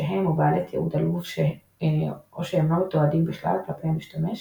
שהם או בעלי תיעוד עלוב או שהם לא מתועדים בכלל כלפי המשתמש,